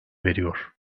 veriyor